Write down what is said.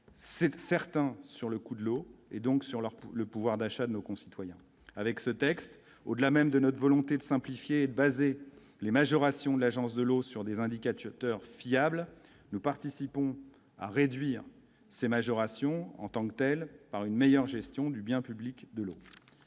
certain sur le coût de l'eau et donc sur leur pour le pouvoir d'achat de nos concitoyens, avec ce texte, au-delà même de notre volonté de simplifier basé les majorations de l'Agence de l'eau sur des indicateurs fille able, nous participons à réduire ces majorations en tant que telle, par une meilleure gestion du bien public, de l'autre,